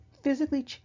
physically